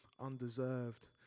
undeserved